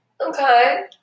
Okay